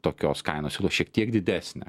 tokios kainos šiek tiek didesnę